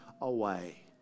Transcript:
away